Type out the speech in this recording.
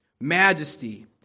majesty